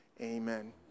Amen